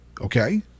Okay